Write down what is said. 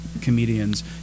comedians